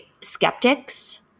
skeptics